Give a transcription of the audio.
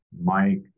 Mike